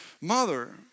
mother